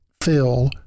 fill